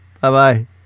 Bye-bye